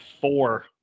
four